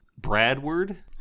Bradward